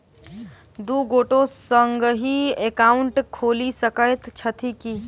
दु गोटे संगहि एकाउन्ट खोलि सकैत छथि की?